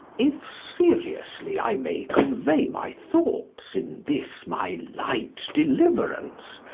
if seriously i may convey my thoughts in this my light deliverance,